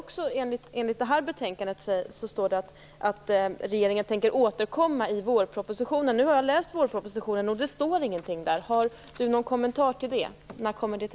I det här betänkandet står det att regeringen tänker återkomma i vårpropositionen. Nu har jag läst vårpropositionen. Det står ingenting där. Har Anna Lindh någon kommentar till det? När återkommer ni?